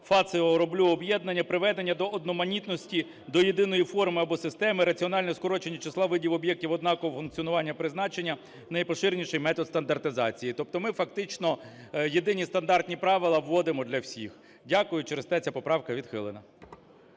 – роблю об'єднання, приведення до одноманітності, до єдиної форми або системи раціонального скорочення числа видів об'єктів однакового функціонування призначення, найпоширеніший метод стандартизації. Тобто ми фактично єдині стандартні правила вводимо для всіх. Дякую. Через те ця поправка відхилена.